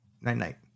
night-night